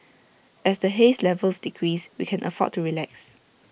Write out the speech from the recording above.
as the haze levels decrease we can afford to relax